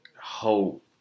hope